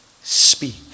speak